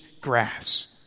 grass